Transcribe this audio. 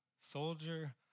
Soldier